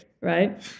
right